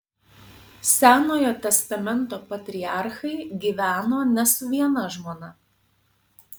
senojo testamento patriarchai gyveno ne su viena žmona